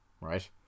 Right